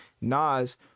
nas